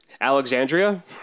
Alexandria